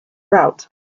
routes